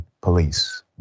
police